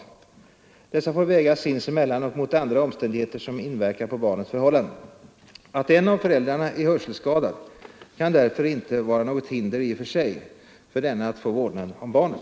Dessa förutsättningar får vägas sinsemellan och mot andra omständigheter som inverkar på barnets förhållanden. Att en av föräldrarna är hörselskadad kan därför inte vara något hinder i och för sig för denne att få vårdnaden om barnet.